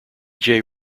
jay